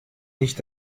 nicht